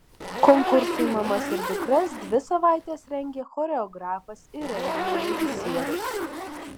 konkursui mamas ir dukras dvi savaites rengė choreografas ir renginio režisierius